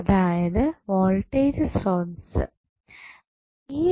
അതായത് വോൾട്ടേജ് സ്രോതസ്സ്